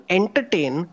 entertain